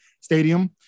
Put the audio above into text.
stadium